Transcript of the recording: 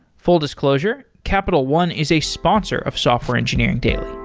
full disclosure, capital one is a sponsor of software engineering daily.